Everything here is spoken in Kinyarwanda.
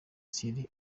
thierry